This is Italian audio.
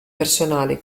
personali